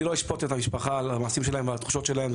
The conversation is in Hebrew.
אני לא אשפוט את המשפחה על המעשים שלהם ועל התחושות שלהם,